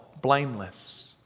blameless